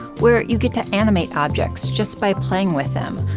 where you get to animate objects, just by playing with them,